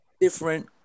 different